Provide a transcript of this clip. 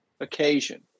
occasion